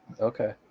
okay